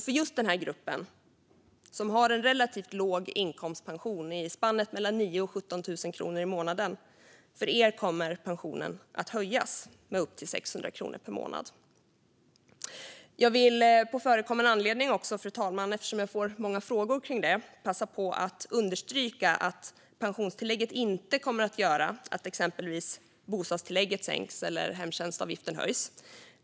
För just den grupp som har en relativt låg inkomstpension, i spannet 9 000-17 000 kronor i månaden, kommer pensionen att höjas med upp till 600 kronor per månad. Fru talman! Jag vill på förekommen anledning, eftersom jag får många frågor kring detta, passa på att understryka att pensionstillägget inte kommer att göra att exempelvis bostadstillägget sänks eller hemtjänstavgiften höjs.